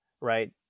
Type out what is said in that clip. right